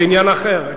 זה עניין אחר.